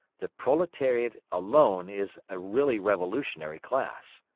the proletariat alone is a really revolutionary class.